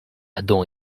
adam